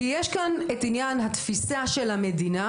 כי יש כאן את עניין התפיסה של המדינה